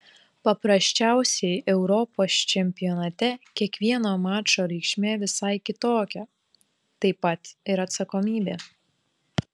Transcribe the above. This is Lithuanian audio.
paprasčiausiai europos čempionate kiekvieno mačo reikšmė visai kitokia taip pat ir atsakomybė